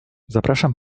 zapraszam